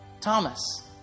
Thomas